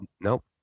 Nope